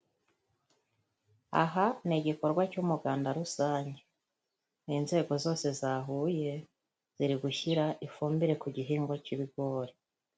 Aha ni igikorwa cy'umuganda rusange. Ni inzego zose zahuye, ziri gushyira ifumbire ku gihingwa cy'ibigori.